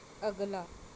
ਅਗਲਾ